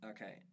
Okay